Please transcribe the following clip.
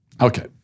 Okay